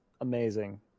amazing